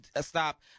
stop